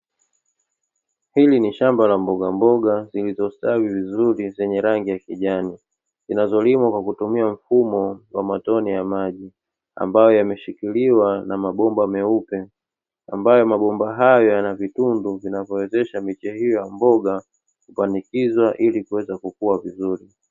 Hili ni shamba la mbogamboga, zilizostawi vizuri zenye rangi ya kijani, zinazolimwa kwa kutumia mfumo wa matone ya maji, ambayo yameshikiliwa na mabomba meupe, ambayo mabomba hayo yana vitundu vinavyowezesha miche hiyo ya mboga kupandikizwa ili kuweza kukua vizuri.